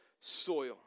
soil